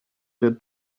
der